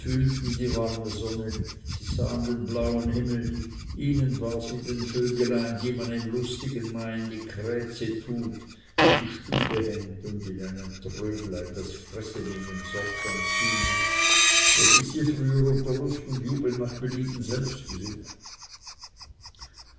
die warme sonne nicht sie sahen den blauen himmel nicht ihnen war's wie den vögelein die man im lustigen mai in die kräze tut in die stube hängt und in einem trögelein das fressen ihnen sorgsam zumißt welches sie früher unter lust und jubel nach belieben selbst gesucht